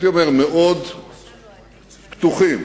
מאוד פתוחים